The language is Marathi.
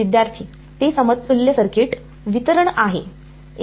विद्यार्थीः ते समतुल्य सर्किट वितरण आहे